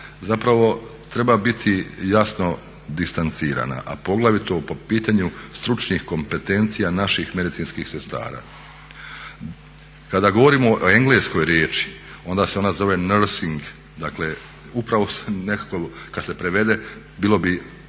zapravo treba biti jasno distancirana, a poglavito po pitanju stručnih kompetencija naših medicinskih sestara. Kada govorimo o engleskoj riječi onda se ona zove nursing, dakle upravo nekako kad se prevede bilo bi